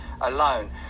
alone